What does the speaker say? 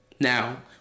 Now